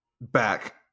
back